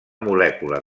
molècula